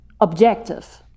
objective